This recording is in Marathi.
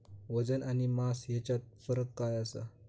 वजन आणि मास हेच्यात फरक काय आसा?